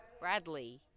Bradley